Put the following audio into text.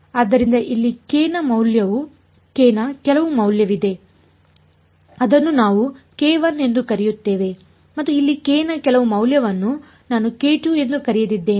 ಆದ್ದರಿಂದ ಇಲ್ಲಿ k ನ ಕೆಲವು ಮೌಲ್ಯವಿದೆ ಅದನ್ನು ನಾವು ಎಂದು ಕರೆಯುತ್ತೇವೆ ಮತ್ತು ಇಲ್ಲಿ k ನ ಕೆಲವು ಮೌಲ್ಯವನ್ನು ನಾನು ಎಂದು ಕರೆದಿದ್ದೇನೆ